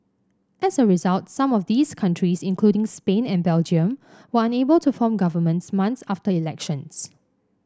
as a result some of these countries including Spain and Belgium were unable to form governments months after elections